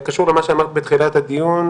קשור למה שאמרת בתחילת הדיון,